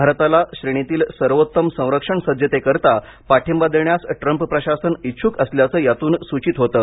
भारताला श्रेणीतील सर्वोत्तम संरक्षण सज्जतेकरिता पाठिंबा देण्यास ट्रंप प्रशासन इच्छुक असल्याचं यातून सूचित होतं